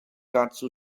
dazu